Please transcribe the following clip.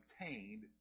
obtained